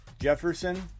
Jefferson